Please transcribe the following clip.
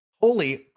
Holy